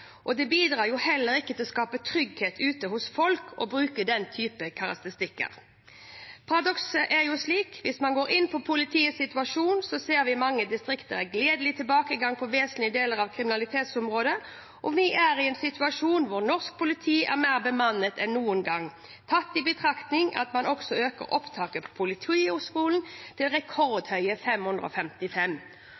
og det bidrar jo heller ikke til å skape trygghet ute hos folk å bruke den type karakteristikker. Paradokset er jo slik: Hvis man går inn på politiets situasjon, ser vi i mange distrikter en gledelig tilbakegang på vesentlige deler av kriminalitetsområdet, og vi er i en situasjon der norsk politi er mer bemannet enn noen gang – tatt i betraktning at man også øker opptaket på Politihøgskolen til